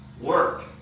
work